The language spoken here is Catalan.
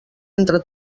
entre